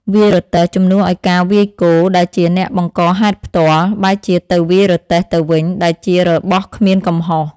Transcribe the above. វាយរទេះ ជំនួសឲ្យការវាយគោដែលជាអ្នកបង្កហេតុផ្ទាល់ បែរជាទៅវាយរទេះទៅវិញ ដែលជារបស់គ្មានកំហុស។